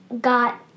got